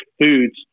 foods